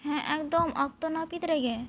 ᱦᱮᱸ ᱮᱠᱫᱚᱢ ᱚᱠᱛᱚ ᱱᱟᱹᱯᱤᱛ ᱨᱮᱜᱮ